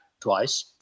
twice